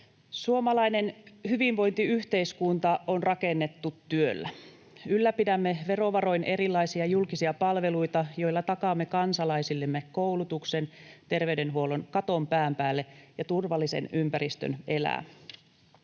Suomalainen hyvinvointiyhteiskunta on rakennettu työllä. Ylläpidämme verovaroin erilaisia julkisia palveluita, joilla takaamme kansalaisillemme koulutuksen, terveydenhuollon, katon pään päälle ja turvallisen ympäristön elää.